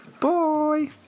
bye